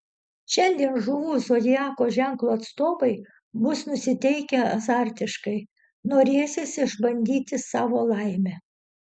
šiandien žuvų zodiako ženklo atstovai bus nusiteikę azartiškai norėsis išbandyti savo laimę